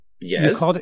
Yes